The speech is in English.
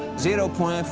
zero pwen